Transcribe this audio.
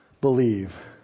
believe